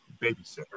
babysitter